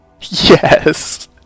Yes